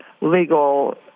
legal